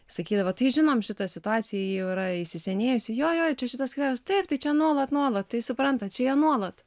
sakydavo tai žinom šitą situaciją ji jau yra įsisenėjusi jo jo čia šitas skveras taip tai čia nuolat nuolat tai suprantat čia jie nuolat